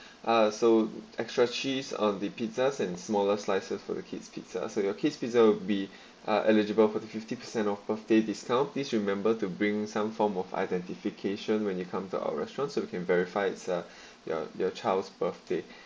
ah so extra cheese on the pizzas and smaller slices for the kids pizza so your kids pizza will be uh eligible for the fifty per cent of birthday discount please remember to bring some form of identification when you come to our restaurant so we can verifies uh your your child's birthday